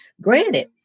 granted